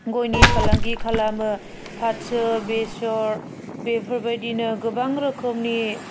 गयनि फालांगि खालामो फाथो बेसर बेफोरबायदिनो गोबां रोखोमनि